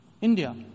India